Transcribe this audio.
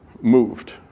Moved